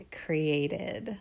created